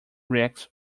rex